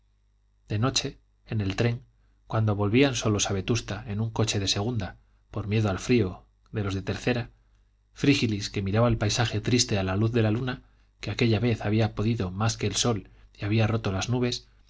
de noche en el tren cuando volvían solos a vetusta en un coche de segunda por miedo al frío de los de tercera frígilis que miraba el paisaje triste a la luz de la luna que aquella vez había podido más que el sol y había roto las nubes